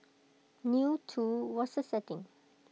new too was the setting